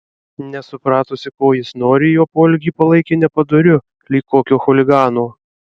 nesupratusi ko jis nori jo poelgį palaikė nepadoriu lyg kokio chuligano